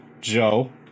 Joe